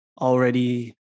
already